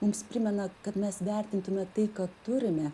mums primena kad mes vertintume tai ką turime